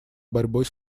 борьбой